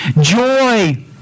joy